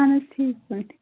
اَہَن حظ ٹھیٖک پٲٹھۍ